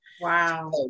wow